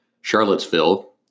Charlottesville